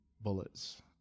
bullets